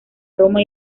roma